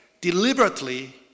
deliberately